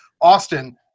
Austin